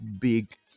big